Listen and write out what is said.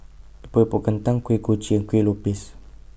Epok Epok Kentang Kuih Kochi and Kueh Lopes